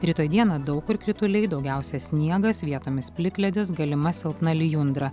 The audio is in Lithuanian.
rytoj dieną daug kur krituliai daugiausia sniegas vietomis plikledis galima silpna lijundra